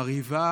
מרהיבה,